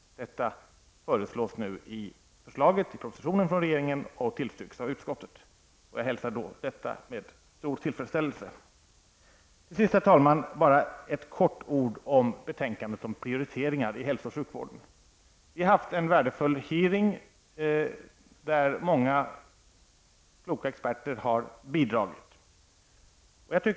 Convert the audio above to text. Detta föreslås nu i regeringens proposition och tillstyrks av utskottet. Jag hälsar detta med stor tillfredsställelse. Herr talman! Till sist vill jag ta upp betänkandet om prioriteringar i hälso och sjukvården. Vi har haft en värdefull hearing där många kloka experter har bidragit.